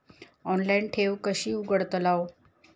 Online ठेव कशी उघडतलाव?